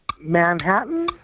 Manhattan